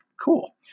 cool